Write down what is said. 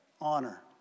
honor